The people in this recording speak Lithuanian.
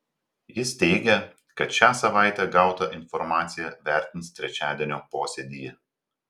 jis teigia kad šią savaitę gautą informaciją vertins trečiadienio posėdyje